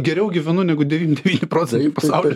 geriau gyvenu negu devyni procentai pasauly